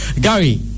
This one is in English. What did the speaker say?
Gary